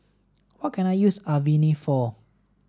what can I use Avene for